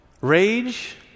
rage